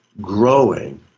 growing